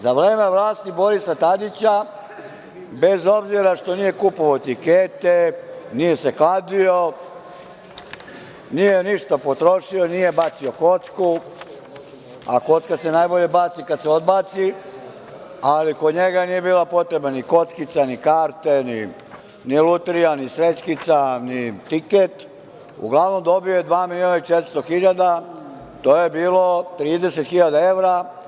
Za vreme vlasti Borisa Tadića, bez obzira što nije kupovao tikete, nije se kladio, nije ništa potrošio, nije bacio kocku, a kocka se najbolje baci kada se odbaci, ali kod njega nije bila potreba ni kockica, ni karte, ni lutrija, ni srećkica, ni tiket, uglavnom dobio je 2.400.000, to je bilo 30.000 evra.